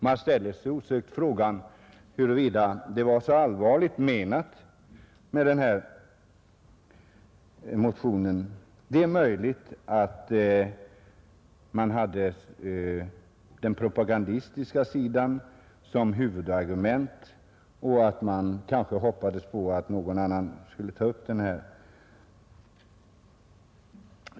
Man ställer sig osökt frågan om motionen var så allvarligt menad. Det är möjligt att man hade den propagandistiska sidan som huvudmotiv och att man kanske hoppades på att någon annan skulle ta upp saken.